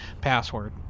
password